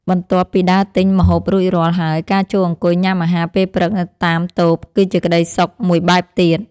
បន្ទាប់ពីដើរទិញម្ហូបរួចរាល់ហើយការចូលអង្គុយញ៉ាំអាហារពេលព្រឹកនៅតាមតូប គឺជាក្ដីសុខមួយបែបទៀត។